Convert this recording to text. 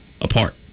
apart